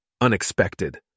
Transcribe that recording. unexpected